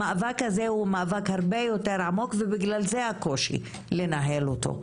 המאבק הזה הוא מאבק הרבה יותר עמוק ובגלל זה קיים הקושי הזה לנהל אותו.